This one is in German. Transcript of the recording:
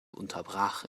unterbrach